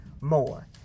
more